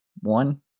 One